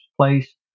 place